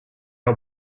are